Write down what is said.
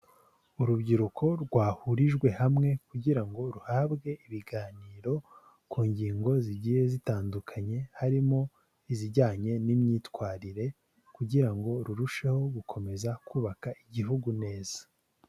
Urubyiruko rwahurijwe hamwe kugira ngo ruhabwe ibiganiro ku ngingo zigiye zitandukanye, harimo izijyanye n'imyitwarire kugira ngo rurusheho gukomeza kubaka igihugu neza.